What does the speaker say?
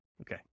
Okay